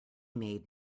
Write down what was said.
made